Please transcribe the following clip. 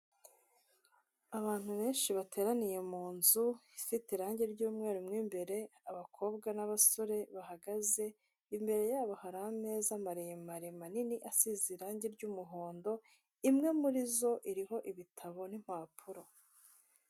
Abantu benshi bateraniye mu nzu ifite irangi ry'umweru umwe imbere abakobwa n'abasore bahagaze, imbere yabo hari ameza maremare manini, asize irangi ry'umuhondo imwe muri zo iriho ibitabo n'impapuro.